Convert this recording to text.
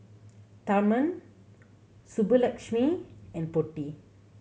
Tharman Subbulakshmi and Potti